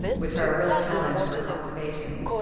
which are a real challenge for conservation.